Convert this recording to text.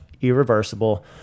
Irreversible